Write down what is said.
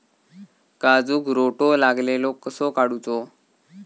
काजूक रोटो लागलेलो कसो काडूचो?